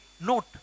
note